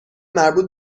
مربوط